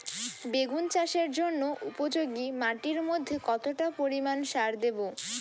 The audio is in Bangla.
বেগুন চাষের জন্য উপযোগী মাটির মধ্যে কতটা পরিমান সার দেব?